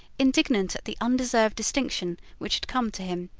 indignant at the undeserved distinction which had come to him,